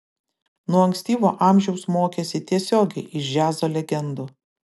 nuo ankstyvo amžiaus mokėsi tiesiogiai iš džiazo legendų